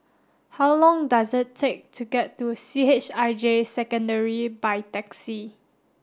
how long does it take to get to C H I J Secondary by taxi